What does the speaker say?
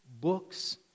books